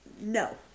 no